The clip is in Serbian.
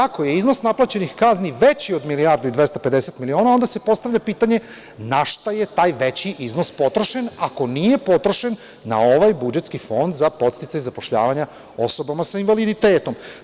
Ako je iznos naplaćenih kazni veži od milijardu i 250 miliona, onda se postavlja pitanje na šta je taj veći iznos potrošen ako nije potrošen na ovaj budžetski fond za podsticaj zapošljavanja osobama sa invaliditetom?